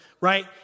right